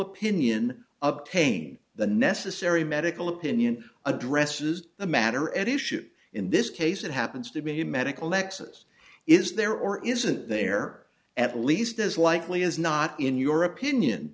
opinion of pain the necessary medical opinion addresses the matter at issue in this case it happens to be a medical lexus is there or isn't there at least as likely as not in your opinion